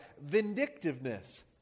vindictiveness